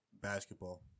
basketball